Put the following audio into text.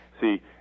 See